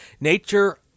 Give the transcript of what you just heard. Nature